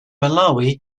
malawi